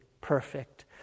perfect